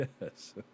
Yes